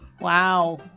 Wow